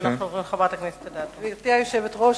גברתי היושבת-ראש,